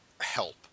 help